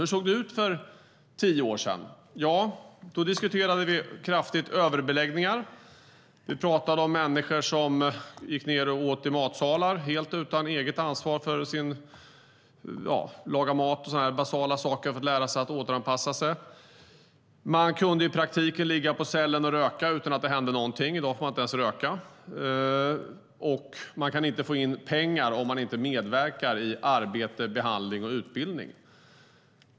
Hur såg det ut för tio år sedan? Ja, då diskuterade vi kraftiga överbeläggningar. Vi pratade om människor som gick och åt i matsalar helt utan eget ansvar för att lära sig basala saker som att laga mat och för att återanpassa sig. Man kunde i praktiken ligga i cellen och röka utan att det hände någonting. I dag får man inte ens röka. Man kan inte få in pengar om man inte medverkar i arbete, behandling och utbildning.